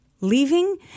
leaving